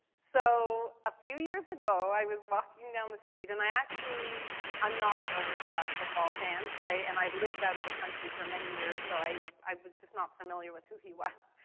so ah few years ago, i was walking down the street, and i actually i'm not a, a football fan, so i, and i lived out of the country for many years so i, i was just not familiar with who he was.